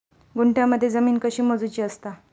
गुंठयामध्ये जमीन कशी मोजूची असता?